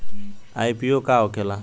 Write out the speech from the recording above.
IPO का होखेला?